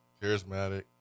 charismatic